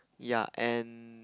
yeah and